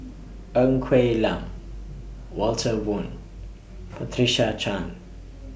Ng Quee Lam Walter Woon Patricia Chan